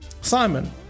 Simon